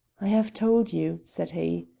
i have told you, said he.